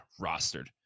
rostered